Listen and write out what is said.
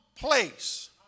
place